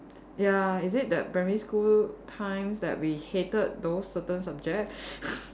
ya is it that primary school times that we hated those certain subject